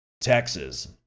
Texas